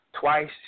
Twice